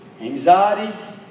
anxiety